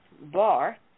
bar